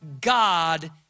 God